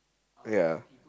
ya